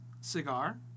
cigar